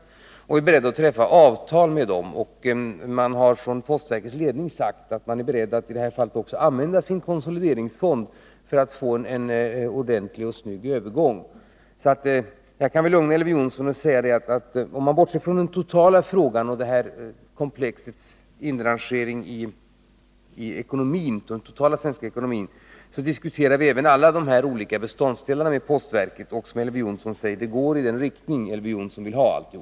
Postverket är berett att träffa avtal med dem, och verkets ledning har sagt att man är beredd att i det här fallet använda sin konsolideringsfond för att få en ordentlig och snygg övergång. Jag kan alltså lugna Elver Jonsson genom att säga, att om man bortser från frågekomplexets inrangering i den totala svenska ekonomin, så diskuterar vi alla de här olika beståndsdelarna med postverket. Och det är som Elver Jonsson säger, att allt går i den riktning han önskar.